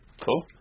Cool